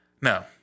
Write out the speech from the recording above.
No